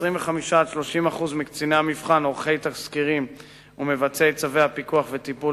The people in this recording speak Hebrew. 25% 30% מקציני המבחן עורכי תסקירים ומבצעי צווי הפיקוח והטיפול